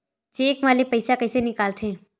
Cheque म ले पईसा कइसे निकलथे?